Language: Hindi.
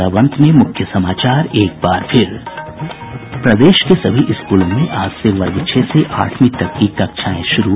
और अब अंत में मुख्य समाचार प्रदेश के सभी स्कूलों में आज से वर्ग छह से आठवीं तक की कक्षाएं शुरू